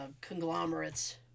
conglomerates